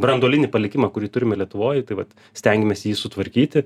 branduolinį palikimą kurį turime lietuvoj tai vat stengiamės jį sutvarkyti